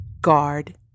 guard